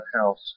house